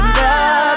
love